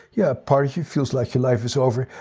yeah, part of you feels like your life is over.